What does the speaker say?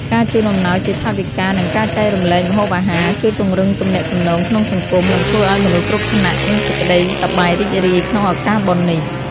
ការជូនអំណោយជាថវិកា និងការចែករំលែកម្ហូបអាហារជួយពង្រឹងទំនាក់ទំនងក្នុងសង្គម និង ធ្វើឱ្យមនុស្សគ្រប់ថ្នាក់ មានសេចក្ដីសប្បាយរីករាយក្នុងឱកាសបុណ្យនេះ។